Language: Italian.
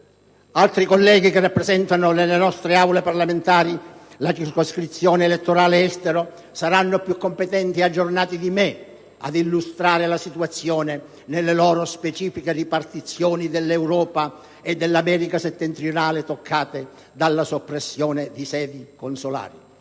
Altri colleghi che rappresentano nelle nostre Aule parlamentari la circoscrizione elettorale Estero saranno più competenti e aggiornati di me ad illustrare la situazione nelle loro specifiche ripartizioni dell'Europa e dell'America settentrionale toccate dalla soppressione di sedi consolari.